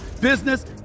business